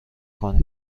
کنید